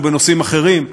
ובנושאים אחרים,